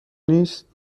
نیست